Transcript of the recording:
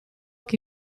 che